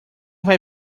vai